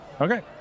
okay